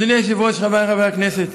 אדוני היושב-ראש, חבריי חברי הכנסת,